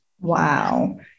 Wow